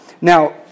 Now